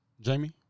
Jamie